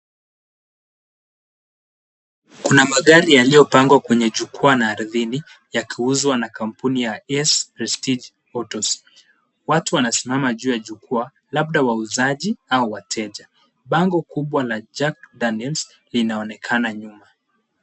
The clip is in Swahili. Kuna magari yaliyopangwa kwenye jukwaa na ardhini yakiuzwa na kampuni S Prestige autos. Watu wanasimama juu ya jukwaa labda wauzaji au wateja. Bango kubwa la jack Daniel's linaonekana nyuma.